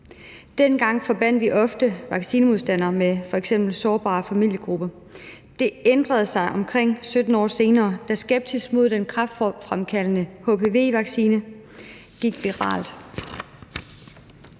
Dengang forbandt vi ofte vaccinemodstandere med f.eks. sårbare familiegrupper. Det ændrede sig omkring 17 år senere, da skepsis mod den kræftforebyggende hpv-vaccine gik viralt.